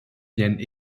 viennent